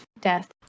death